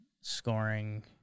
scoring